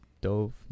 dove